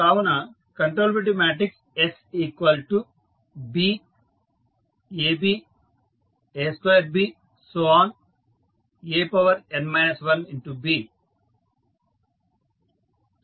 కావున controllability matrix SBABA2BAn 1B